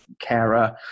carer